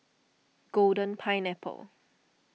Golden Pineapple